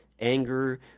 anger